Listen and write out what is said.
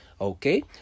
Okay